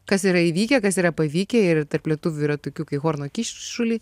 kas yra įvykę kas yra pavykę ir tarp lietuvių yra tokių kai horno kyšulį